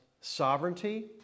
sovereignty